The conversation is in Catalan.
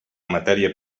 matèria